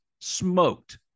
smoked